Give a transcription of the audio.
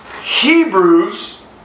Hebrews